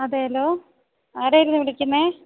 അതേയല്ലോ ആരായിരുന്നു വിളിക്കുന്നത്